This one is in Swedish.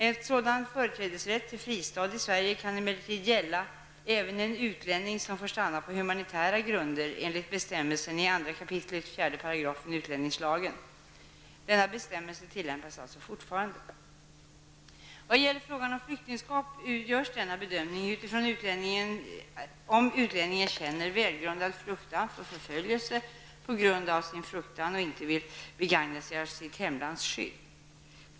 En sådan företrädesrätt till fristad i Sverige kan emellertid gälla även en utlänning som får stanna på humanitära grunder enligt bestämmelsen i Vad gäller frågan om flyktingskap görs denna bedömning utifrån om utlänningen känner välgrundad fruktan för förföljelse och på grund av sin fruktan inte vill begagna sig av sitt hemlands skydd.